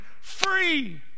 free